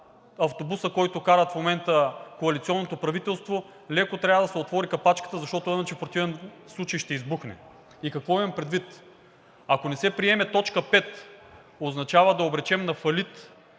автобуса, който кара в момента коалиционното правителство, леко трябва да се отвори капачката, защото иначе в противен случай ще избухне. И какво имам предвид? Ако не се приеме т. 5, означава да обречем на фалит